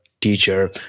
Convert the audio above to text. teacher